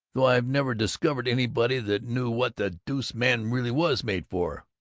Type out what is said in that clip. though i've never discovered anybody that knew what the deuce man really was made for!